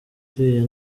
uriya